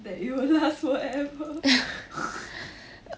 that you will love forever